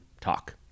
talk